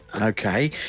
Okay